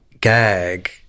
gag